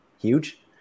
huge